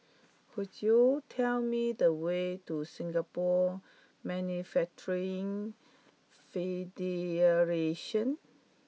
could you tell me the way to Singapore Manufacturing Federation